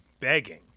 begging